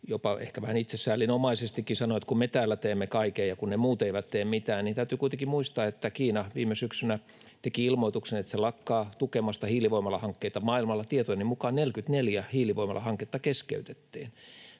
ehkä vähän itsesäälinomaisestikin sanoi, että kun me täällä teemme kaiken ja kun ne muut eivät tee mitään, mutta täytyy kuitenkin muistaa, että Kiina viime syksynä teki ilmoituksen, että se lakkaa tukemasta hiilivoimalahankkeita maailmalla. Tietojeni mukaan 44 hiilivoimalahanketta keskeytettiin.